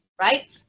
right